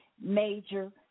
major